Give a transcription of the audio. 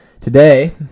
today